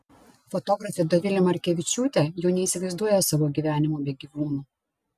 fotografė dovilė markevičiūtė jau neįsivaizduoja savo gyvenimo be gyvūnų